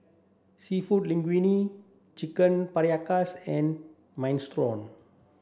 seafood Linguine Chicken Paprikas and Minestrone